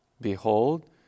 Behold